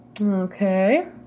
Okay